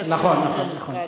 נכון, נכון, נכון.